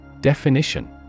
Definition